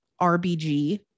RBG